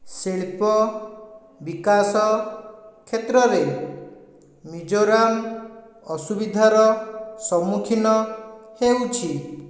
ଶିଳ୍ପ ବିକାଶ କ୍ଷେତ୍ରରେ ମିଜୋରାମ ଅସୁବିଧାର ସମ୍ମୁଖୀନ ହେଉଛି